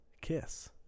Kiss